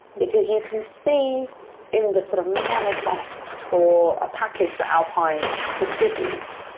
because you can see in the sort of manifests for a package that alpine distributes,